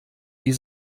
die